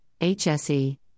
HSE